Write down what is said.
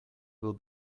will